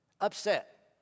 Upset